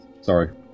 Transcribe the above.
Sorry